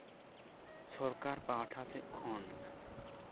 ᱥᱚᱨᱠᱟᱨ ᱯᱟᱦᱴᱟ ᱥᱮᱫ ᱠᱷᱚᱱ